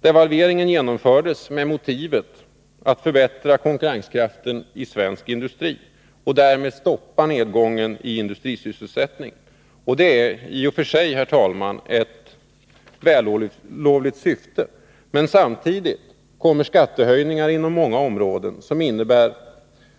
Devalveringen genomfördes med motivet att förbättra konkurrenskraften i svensk industri och därmed stoppa nedgången i industrisysselsättningen. Och detta är i och för sig, herr talman, ett vällovligt syfte. Men samtidigt kommer inom många områden skattehöjningar som innebär